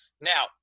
Now